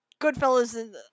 goodfellas